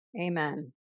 Amen